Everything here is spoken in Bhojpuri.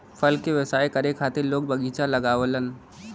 फल के व्यवसाय करे खातिर लोग बगीचा लगावलन